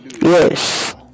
Yes